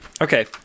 Okay